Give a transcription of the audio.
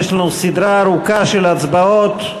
יש לנו סדרה ארוכה של הצבעות.